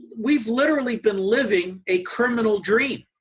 we've literally been living a criminal dream.